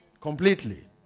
Completely